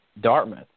Dartmouth